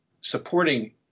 supporting